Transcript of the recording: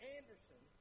Anderson